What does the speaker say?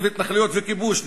קיצוץ בתקציב התנחלויות וכיבוש,